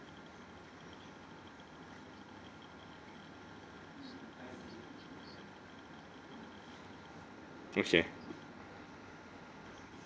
okay